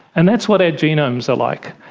and that's what our genomes are like.